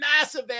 massive